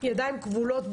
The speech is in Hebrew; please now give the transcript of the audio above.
ידיים כבולות,